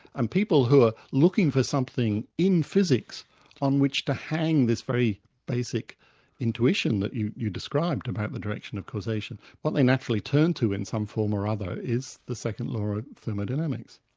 and people who are looking for something in physics on which to hang this very basic intuition that you you described about the direction of causation, what they naturally turn to in some form or other, is the second law of thermodynamics.